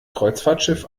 kreuzfahrtschiff